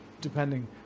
depending